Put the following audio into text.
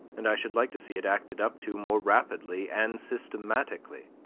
and i should like to see it acted up to more rapidly and systematically.